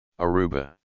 Aruba